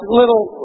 little